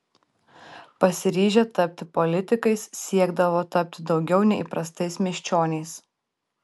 pasiryžę tapti politikais siekdavo tapti daugiau nei įprastais miesčioniais